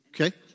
Okay